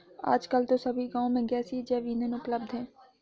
आजकल तो सभी गांव में गैसीय जैव ईंधन उपलब्ध है